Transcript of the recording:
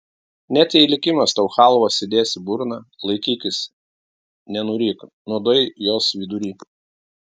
net jei likimas tau chalvos įdės į burną laikykis nenuryk nuodai jos vidury